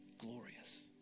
glorious